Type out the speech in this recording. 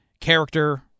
character